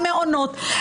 המעונות,